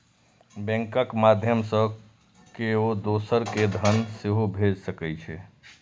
बैंकक माध्यय सं केओ दोसर कें धन सेहो भेज सकै छै